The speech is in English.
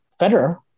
Federer